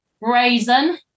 Raisin